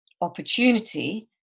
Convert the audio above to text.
opportunity